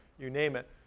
you name it,